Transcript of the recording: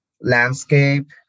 landscape